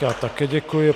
Já také děkuji.